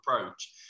approach